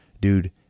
Dude